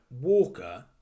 Walker